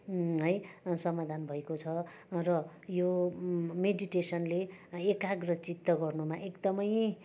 है समाधान भएको छ र यो मेडिटेसनले एकाग्र चित्त गर्नुमा एकदमै